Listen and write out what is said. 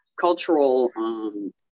cultural